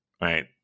right